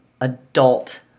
adult